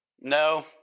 No